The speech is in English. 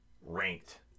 ranked